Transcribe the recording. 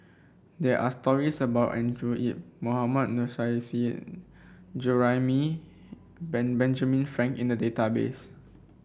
there are stories about Andrew Yip Mohammad Nurrasyid Juraimi Ben Benjamin Frank in the database